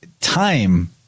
time